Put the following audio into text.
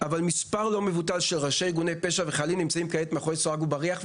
אבל מספר לא מבוטל של ראשי פשיעה נמצאים כעת מאחורי סורג ובריח.